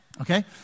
Okay